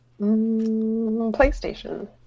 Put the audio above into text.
PlayStation